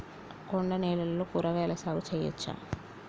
కొండ నేలల్లో కూరగాయల సాగు చేయచ్చా?